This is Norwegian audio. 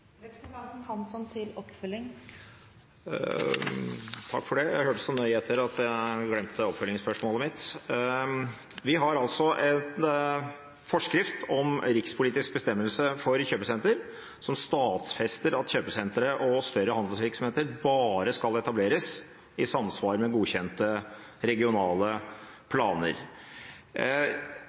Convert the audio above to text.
Jeg hørte så nøye etter at jeg glemte oppfølgingsspørsmålet mitt. Vi har altså en forskrift om rikspolitisk bestemmelse for kjøpesentre, som stadfester at kjøpesentre og større handelsvirksomheter bare skal etableres i samsvar med godkjente regionale